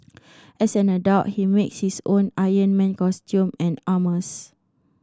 as an adult he makes his own Iron Man costume and armours